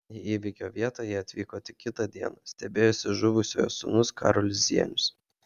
į įvykio vietą jie atvyko tik kitą dieną stebėjosi žuvusiojo sūnus karolis zienius